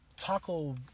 taco